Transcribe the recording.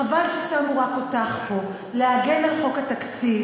חבל ששמו רק אותך פה להגן על חוק התקציב.